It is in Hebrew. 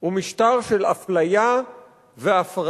הוא משטר של הפליה והפרדה